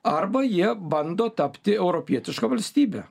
arba jie bando tapti europietiška valstybe